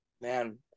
Man